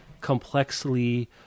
complexly